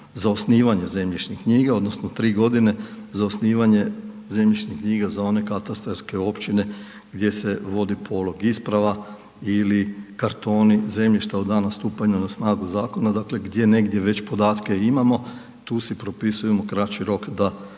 za osnivanje zemljišnih knjiga odnosno 3 godine za osnivanje zemljišnih knjiga za one katastarske općine gdje se vodi polog isprava ili kartoni zemljišta od dana stupanja na snagu zakona. Dakle, gdje negdje već podatke imamo tu si propisujemo kraći rok da